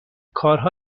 کارها